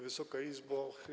Wysoka Izbo!